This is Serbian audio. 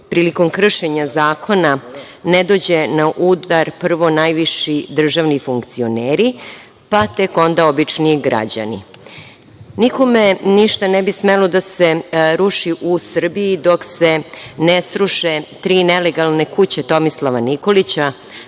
prilikom kršenja zakona ne dođe na udar prvo najviši državni funkcioneri, pa tek onda obični građani. Nikome ništa ne bi smelo da se ruši u Srbiji dok se ne sruše tri nelegalne kuće Tomislava Nikolića